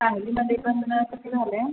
सांगलीमध्ये पण किती झाले